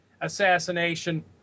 assassination